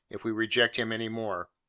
if we reject him any more.